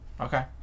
Okay